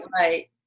right